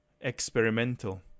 experimental